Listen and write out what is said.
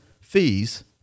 fees